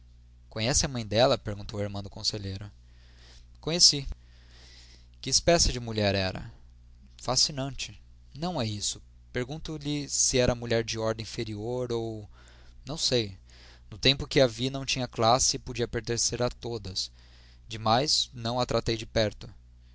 conheceu a mãe dela perguntou a irmã do conselheiro conheci que espécie de mulher era fascinante não é isso pergunto lhe se era mulher de ordem inferior ou não sei no tempo em que a vi não tinha classe e podia pertencer a todas demais não a tratei de perto